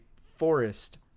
forest